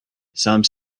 some